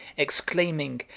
exclaiming,